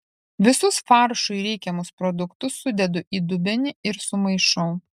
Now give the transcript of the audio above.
visus faršui reikiamus produktus sudedu į dubenį ir sumaišau